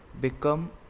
become